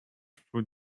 fruit